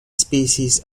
species